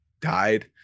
died